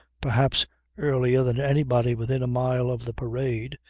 perhaps earlier than anybody within a mile of the parade,